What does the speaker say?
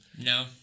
No